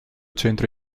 centro